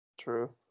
True